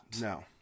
No